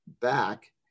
back